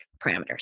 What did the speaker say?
parameters